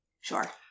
Sure